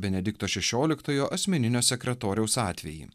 benedikto šešioliktojo asmeninio sekretoriaus atvejį